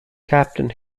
captain